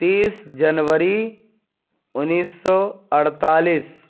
تیس جنوری انیس سو اڑتالیس